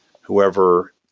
whoever